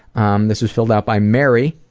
um, this was filled out by mary,